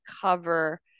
cover